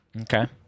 Okay